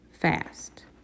fast